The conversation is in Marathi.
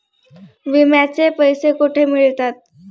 विम्याचे पैसे कुठे मिळतात?